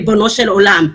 ריבונו של עולם.